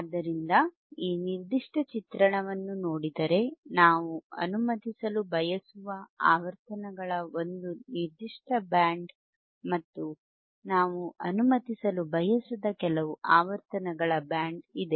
ಆದ್ದರಿಂದ ಈ ನಿರ್ದಿಷ್ಟ ಚಿತ್ರಣವನ್ನು ನೋಡಿದರೆ ನಾವು ಅನುಮತಿಸಲು ಬಯಸುವ ಆವರ್ತನಗಳ ಒಂದು ನಿರ್ದಿಷ್ಟ ಬ್ಯಾಂಡ್ ಮತ್ತು ನಾವು ಅನುಮತಿಸಲು ಬಯಸದ ಕೆಲವು ಆವರ್ತನಗಳ ಬ್ಯಾಂಡ್ ಇದೆ